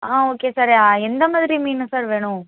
ஆ okay sir எந்த மாதிரி மீனு சார் வேணும்